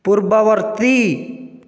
ପୂର୍ବବର୍ତ୍ତୀ